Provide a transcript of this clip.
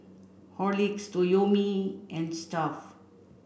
Horlicks Toyomi and Stuff'd